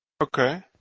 Okay